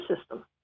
system